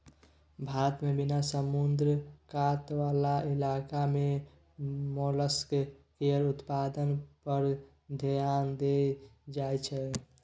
भारत मे बिना समुद्र कात बला इलाका मे मोलस्का केर उत्पादन पर धेआन देल जाइत छै